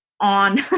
on